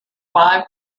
five